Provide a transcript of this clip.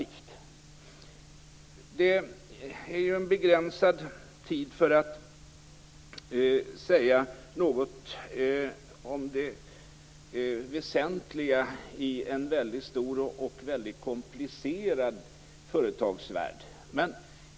Jag har för begränsad tid på mig för att kunna säga något om det väsentliga i en väldigt stor och komplicerad företagsvärld.